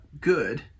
good